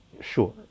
sure